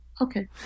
Okay